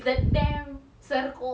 I think